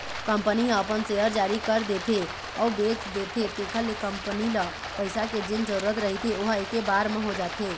company ह अपन share जारी कर देथे अउ बेच देथे तेखर ले कंपनी ल पइसा के जेन जरुरत रहिथे ओहा ऐके बार म हो जाथे